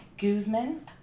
Guzman